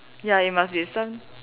ya it must be a some